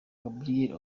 gabriel